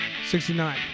69